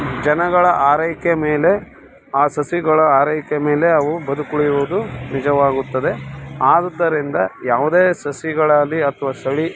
ಜನಗಳ ಆರೈಕೆ ಮೇಲೆ ಆ ಸಸಿಗಳ ಆರೈಕೆ ಮೇಲೆ ಅವು ಬದುಕುಳಿಯುವುದು ನಿಜವಾಗುತ್ತದೆ ಆದುದರಿಂದ ಯಾವುದೇ ಸಸಿಗಳಾಲಿ ಅಥ್ವಾ ಚಳಿ